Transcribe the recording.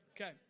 Okay